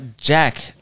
Jack